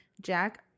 Jack